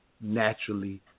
naturally